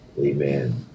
Amen